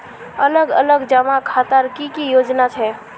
अलग अलग जमा खातार की की योजना छे?